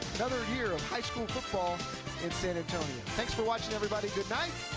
another year of high school football in san antonio. thanks for watching, everybody, good night.